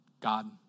God